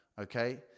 okay